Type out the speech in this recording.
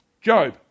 Job